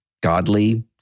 godly